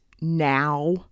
now